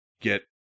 get